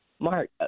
Mark